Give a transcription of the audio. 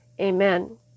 Amen